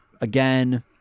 again